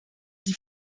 die